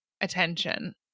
attention